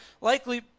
likely